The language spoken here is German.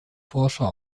forscher